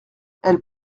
elles